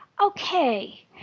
Okay